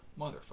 motherfucker